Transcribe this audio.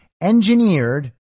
engineered